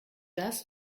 das